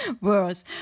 worse